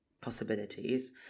possibilities